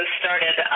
started